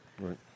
Right